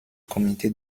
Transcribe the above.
comité